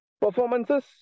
Performances